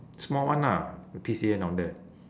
small one ah the P_C_N down there